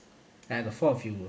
!aiya! the four of you though